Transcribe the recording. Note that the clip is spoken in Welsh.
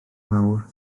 mawr